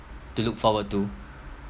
to look forward to